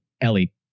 Ellie